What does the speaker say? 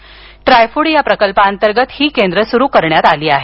tripod या प्रकल्पाअंतर्गत ही केंद्र सुरू करण्यात आली आहेत